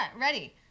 ready